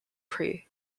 prix